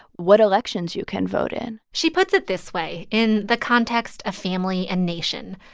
what elections you can vote in she puts it this way in the context of family and nation,